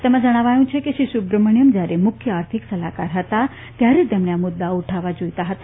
તેમાં જણાવાયું છે કે શ્રી સુબ્રમણ્થમ જ્યારે મુખ્ય આર્થિક સલાહકાર હતા ત્યારે તેમણે આ મુદ્દાઓ ઉઠાવવા જાઇતા હતા